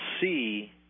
see